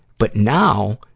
but now,